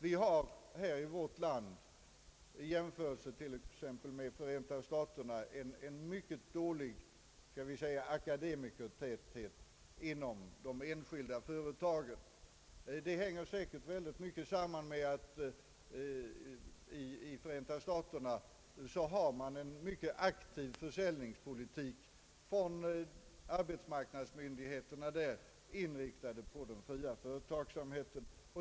Vårt land har i jämförelse med t.ex. Förenta staterna en mycket låg akademikertäthet inom de enskilda företagen. Detta hänger säkert samman med att arbetsmarknadsmyndigheterna i Förenta staterna för en mycket aktiv ”försäljningspolitik” inriktad på den fria företagsamheten.